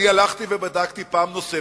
הלכתי ובדקתי פעם נוספת.